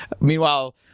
Meanwhile